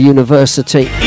University